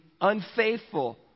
unfaithful